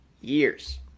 years